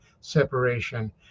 separation